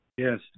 Yes